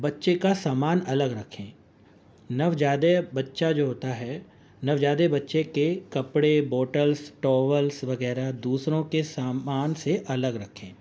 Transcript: بچے کا سامان الگ رکھیں نوزائدہ بچہ جو ہوتا ہے نوزیادہ بچے کے کپڑے بوٹلس ٹاولس وغیرہ دوسروں کے سامان سے الگ رکھیں